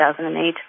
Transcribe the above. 2008